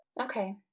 Okay